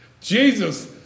Jesus